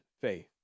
faith